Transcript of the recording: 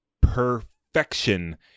perfection